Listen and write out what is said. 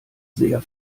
sehr